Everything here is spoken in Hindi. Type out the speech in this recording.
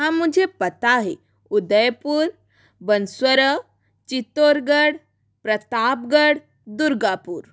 हाँ मुझे पता है उदयपुर वनस्वरा चित्तौरगढ़ प्रतापगढ़ दुर्गापुर